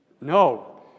no